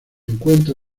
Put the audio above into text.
encuentra